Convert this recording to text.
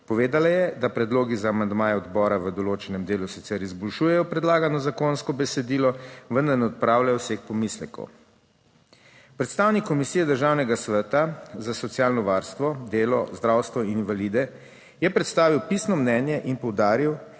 Povedala je, da predlogi za amandmaje odbora v določenem delu sicer izboljšujejo predlagano zakonsko besedilo, vendar ne odpravlja vseh pomislekov. Predstavnik Komisije Državnega sveta za socialno varstvo, delo, zdravstvo in invalide je predstavil pisno mnenje in poudaril,